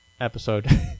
episode